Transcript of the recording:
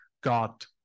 God